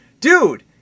dude